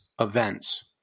events